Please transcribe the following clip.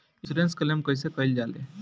Insurance claim कइसे कइल जा ले?